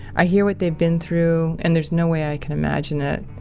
i hear what they've been through, and there's no way i can imagine it.